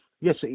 Yes